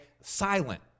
silent